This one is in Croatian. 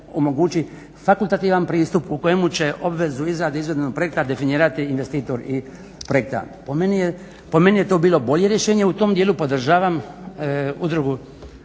omogući fakultativan pristup u kojemu će obvezu izrade izvedbenog projekta definirati investitor i projektant. Po meni je to bilo bolje rješenje. U tom dijelu podržavam udrugu